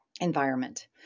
environment